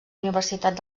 universitat